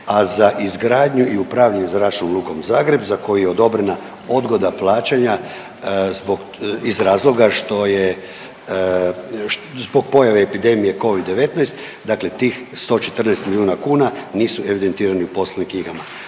a za izgradnju i upravljanje Zračnom lukom Zagreb za koju je odobrena odgoda plaćanja zbog, iz razloga što je, zbog pojave epidemije Covid-19, dakle tih 114 milijuna kuna nisu evidentirani u poslovnim knjigama.